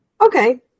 okay